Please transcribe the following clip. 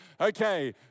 Okay